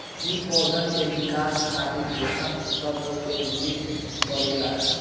इ पौधन के विकास खातिर पोषक तत्व केंद्रित करे ला